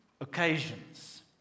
occasions